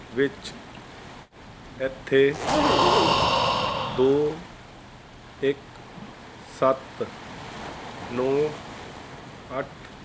ਵਿੱਚ ਇੱਥੇ ਦੋ ਇੱਕ ਸੱਤ ਨੌਂ ਅੱਠ